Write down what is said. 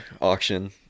auction